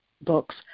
books